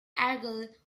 argyll